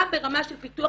גם ברמה של פיתוח